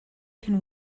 can